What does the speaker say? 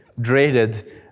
dreaded